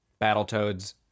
Battletoads